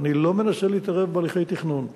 ואני לא מנסה להתערב בהליכי תכנון,